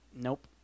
Nope